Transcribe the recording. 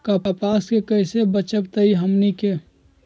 कपस से कईसे बचब बताई हमनी के?